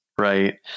right